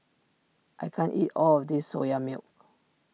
I can't eat all of this Soya Milk